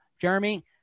Jeremy